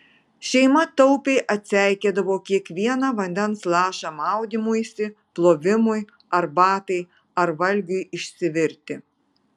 šeima taupiai atseikėdavo kiekvieną vandens lašą maudymuisi plovimui arbatai ar valgiui išsivirti